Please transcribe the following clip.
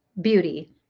beauty